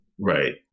Right